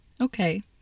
Okay